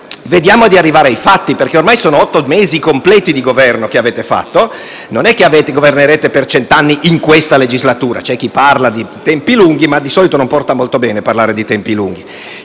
Vediamo di arrivare ai fatti perché ormai avete fatto otto mesi completi di Governo. Non è che governerete per cent'anni in questa legislatura. C'è chi parla di tempi lunghi, ma di solito non porta molto bene parlare di tempi lunghi.